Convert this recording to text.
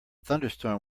thunderstorm